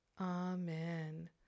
Amen